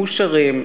מאושרים,